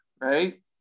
right